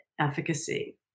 efficacy